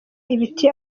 ibiti